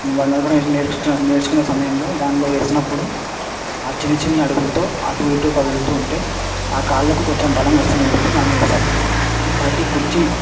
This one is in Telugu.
వాళ్ళు నడక నేర్ నేర్చు నేర్చుకునే సమయంలో దానిలో వేసినప్పుడు ఆ చిన్నచిన్న అడుగులతో అటు ఇటు కదులుతూ ఉంటే ఆ కాళ్ళకు కొంచెం బలం వస్తుందని చెప్పి దాన్ని వేస్తారు ఇంకోటి కుర్చీ